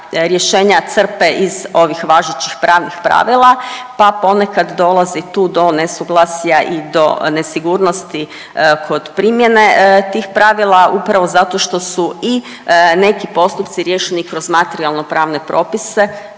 rješenja crpe iz ovih važećih pravnih pravila, pa ponekad dolazi tu do nesuglasja i do nesigurnosti kod primjene tih pravila upravo zato što su i neki postupci riješeni kroz materijalno pravne propise